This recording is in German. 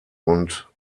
und